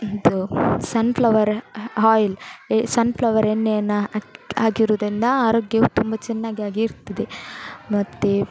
ಇದು sunflower oil ಈ sunflower ಎಣ್ಣೆಯನ್ನ ಹಾಕಿ ಹಾಕಿರುವುದರಿಂದ ಆರೋಗ್ಯವೂ ತುಂಬ ಚೆನ್ನಾಗಾಗಿ ಇರ್ತದೆ ಮತ್ತೆ